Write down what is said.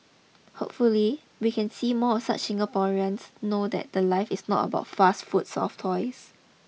hopefully we can see more of such Singaporeans know that the life is not about fast food soft toys